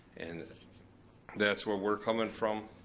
and that's where we're coming from.